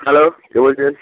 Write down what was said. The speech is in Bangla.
হ্যালো কে বলছেন